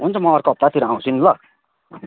हुन्छ म अर्को हप्तातिर आउँछु नि ल